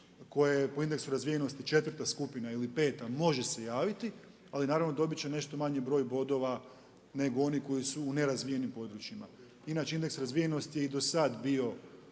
je po indeksu razvijenosti četvrta skupina ili peta može se javiti, ali naravno dobit će nešto manji broj bodova nego oni koji su u nerazvijenim područjima. Inače indeks razvijenosti je i do sad bio